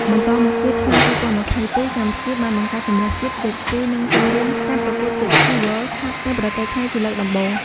បន្តមកទៀតឆ្នាំ ២០២២ កម្ពុជាបានបង្កើតជម្រើសជាតិ Jet Ski និងចូលរួមការប្រកួត Jet Ski World Cup នៅប្រទេសថៃ ជាលើកដំបូង។